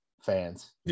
fans